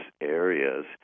areas